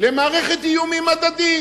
למערכת איומים הדדית.